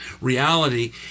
reality